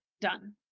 done